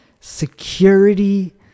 security